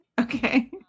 Okay